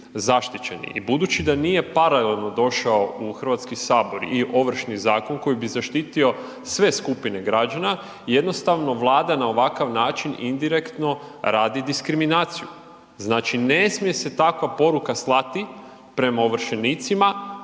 zaštićeni. I budući da nije paralelno došao u Hrvatski sabor i Ovršni zakon koji bi zaštitio sve skupine građana jednostavno Vlada na ovakav način indirektno radi diskriminaciju. Znači ne smije se takva poruka slati prema ovršenicima,